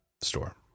store